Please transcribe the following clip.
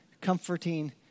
comforting